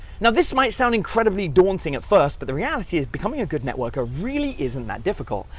now this might sound incredibly daunting at first but the reality is becoming a good networker, really isn't that difficult,